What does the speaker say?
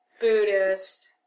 Buddhist